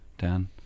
Dan